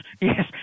yes